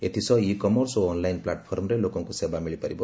ଏଥିସହ ecommerce ଓ online ପ୍ଲାଟଫର୍ମରେ ଲୋକଙ୍କୁ ସେବା ମିଳିପାରିବ